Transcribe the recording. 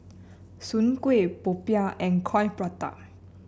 Soon Kuih popiah and Coin Prata